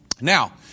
Now